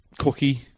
Cookie